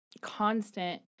constant